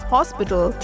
Hospital